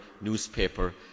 newspaper